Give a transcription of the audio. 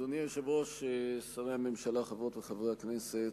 אדוני היושב-ראש, שרי הממשלה, חברות וחברי הכנסת,